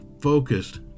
focused